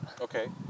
Okay